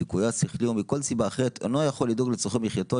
ליקויו השכלי או מכל סיבה אחרת אינו יכול לדאוג לצורכי מחייתו,